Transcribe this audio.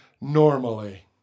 normally